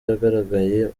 yagaragaye